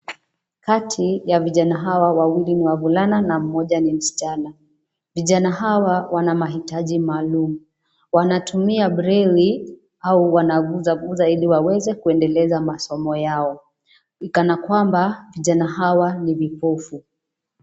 Kati ya vijana hawa wawili ni wavulana na mmoja ni msichana. Vijana hawa wana mahitaji maalim, wanatumia breli au wanaguzaguza ili waweze kuendeleza masomo yao, ni kana kwamba vijana hawa ni vipofu.